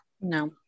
No